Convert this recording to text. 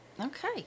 Okay